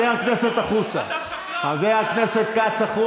החוצה, החוצה.